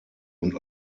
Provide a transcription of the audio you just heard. und